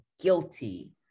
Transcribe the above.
guilty